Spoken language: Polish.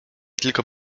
tylko